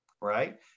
right